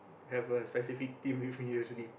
have a specific team with me usually